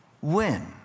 win